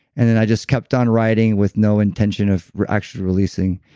and then i just kept on writing with no intention of actually releasing